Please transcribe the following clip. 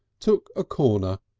took a corner,